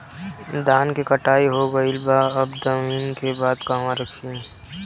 धान के कटाई हो गइल बा अब दवनि के बाद कहवा रखी?